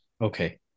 Okay